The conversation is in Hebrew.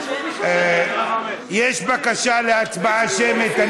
יש בקשה להצבעה שמית.